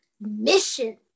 mission